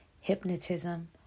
hypnotism